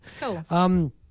Cool